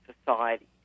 society